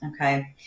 Okay